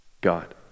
God